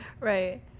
Right